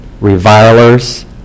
revilers